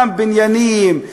גם בניינים,